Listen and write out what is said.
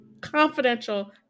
confidential